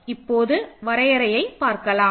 இப்பொழுது வரையறையை பார்க்கலாம்